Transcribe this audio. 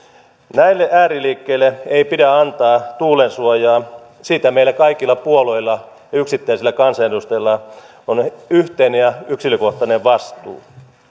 näille ääriliikkeille ei pidä antaa tuulensuojaa siitä meillä kaikilla puolueilla ja yksittäisillä kansanedustajilla on yhteinen ja yksilökohtainen vastuu